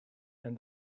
and